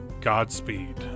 Godspeed